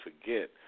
forget